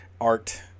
art